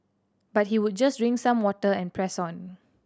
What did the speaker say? but he would just drink some water and press on